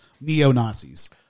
neo-Nazis